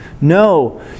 No